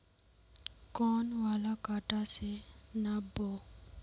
कौन वाला कटा से नाप बो?